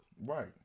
Right